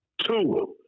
Two